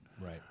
Right